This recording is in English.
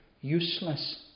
useless